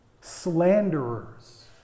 Slanderers